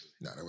No